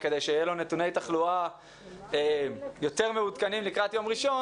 כדי שיהיו לו נתוני תחלואה יותר מעודכנים לקראת יום ראשון,